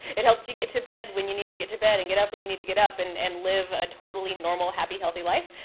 it helps you get to bed when you need to get to bed, and get up when you need to get up, and and live a totally normal, happy, healthy life.